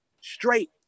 Straight